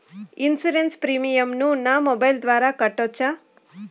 Insurance premium ను నా mobile ద్వారా కట్టొచ్చా?